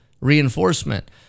reinforcement